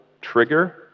trigger